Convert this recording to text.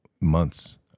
months